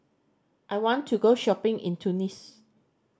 I want to go shopping in Tunis